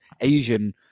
Asian